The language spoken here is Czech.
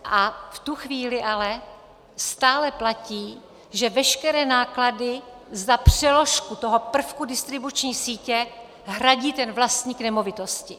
V tu chvíli ale stále platí, že veškeré náklady za přeložku toho prvku distribuční sítě hradí vlastník nemovitosti.